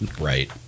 Right